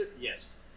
Yes